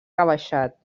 rebaixat